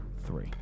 Three